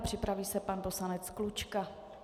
Připraví se pan poslanec Klučka.